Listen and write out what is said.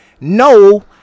No